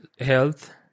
health